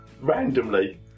randomly